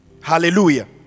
Hallelujah